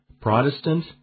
Protestant